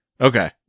Okay